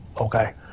okay